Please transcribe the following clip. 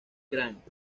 grant